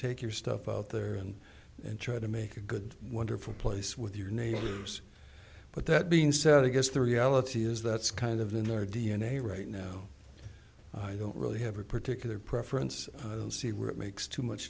take your stuff out there and try to make a good wonderful place with your neighbors but that being said i guess the reality is that's kind of in their d n a right now i don't really have a particular preference i don't see where it makes too much